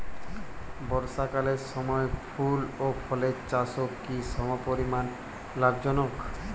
বর্ষাকালের সময় ফুল ও ফলের চাষও কি সমপরিমাণ লাভজনক?